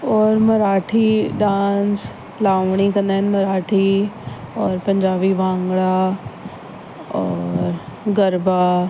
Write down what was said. और मराठी डांस लावणी कंदा आहिनि मराठी और पंजाबी भांगड़ा और गरबा